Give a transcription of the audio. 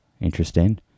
Interesting